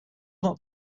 not